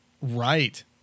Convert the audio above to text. Right